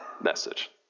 message